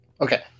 Okay